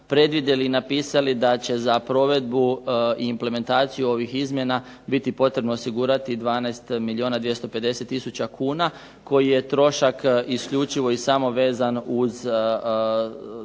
predvidjeli i napisali da će za provedbu i implementaciju ovih izmjena biti potrebno osigurati 12 milijuna 250 tisuća kuna, koji je trošak isključivo i samo vezan uz dakle